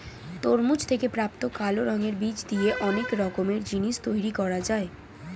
তরমুজ থেকে প্রাপ্ত কালো রঙের বীজ দিয়ে অনেক রকমের জিনিস তৈরি করা যায়